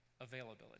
availability